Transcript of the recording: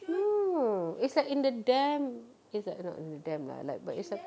no it's like in the dam it's like not in the dam lah like but it's a